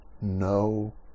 no